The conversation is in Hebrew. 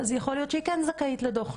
יכול להיות שהיא כן זכאית לדוח.